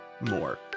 more